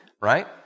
right